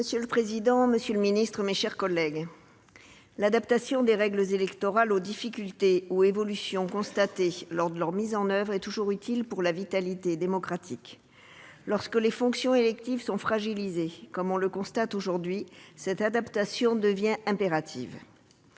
Monsieur le président, monsieur le ministre, mes chers collègues, l'adaptation des règles électorales aux difficultés ou évolutions constatées lors de leur mise en oeuvre est toujours utile pour la vitalité démocratique. Lorsque les fonctions électives sont fragilisées, comme on le constate aujourd'hui, cette adaptation devient impérative.